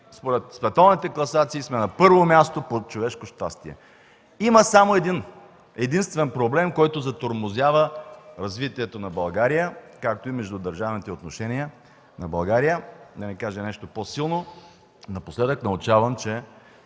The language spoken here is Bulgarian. според световните класации сме на първо място по човешко щастие. Има само един-единствен проблем, който затормозява развитието на България, както и междудържавните отношения на България, да не кажа нещо по-силно. Напоследък научавам, че